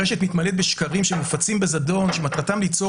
הרשת מתמלאת בשקרים שמופצים בזדון שמטרתם ליצור